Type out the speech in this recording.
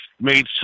made